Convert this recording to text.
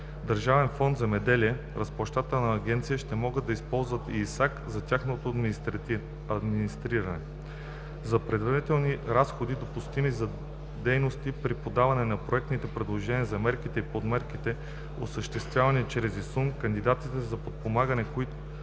Държавен фонд „Земеделие“ – Разплащателна агенция, ще може да използва и ИСАК за тяхното администриране. За предварителни разходи, допустими за дейности преди подаване на проектното предложение, за мерките и подмерките, осъществявани чрез ИСУН, кандидатите за подпомагане, които